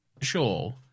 Sure